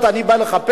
אני בא לחפש,